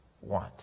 want